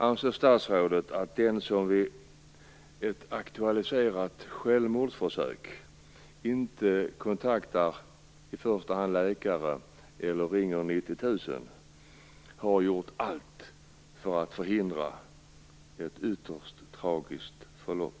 Anser statsrådet att den som vid ett aktualiserat självmordsförsök inte kontaktar i första hand läkare eller ringer 90 000 har gjort allt för att förhindra ett ytterst tragiskt förlopp?